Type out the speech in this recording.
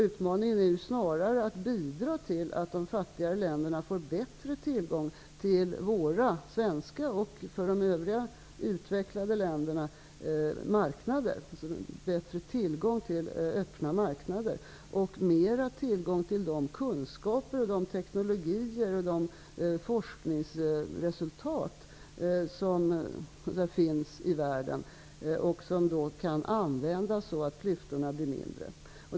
Utmaningen är snarare att bidra till att de fattigare länderna får bättre tillgång till våra svenska och de övriga utvecklade ländernas marknader, bättre tillgång till öppna marknader och mer tillgång till de kunskaper, de teknologier och de forskningsresultat som finns i världen. De skulle då kunna användas för att minska klyftorna.